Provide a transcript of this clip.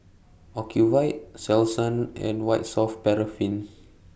Ocuvite Selsun and White Soft Paraffin